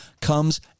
comes